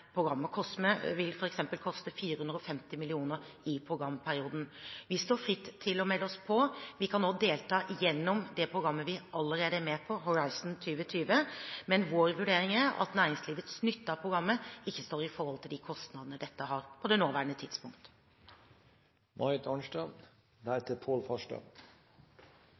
programmet vi allerede er med på, Horisont 2020, men vår vurdering er at næringslivets nytte av programmet på det nåværende tidspunkt ikke står i forhold til de kostnadene dette har. Det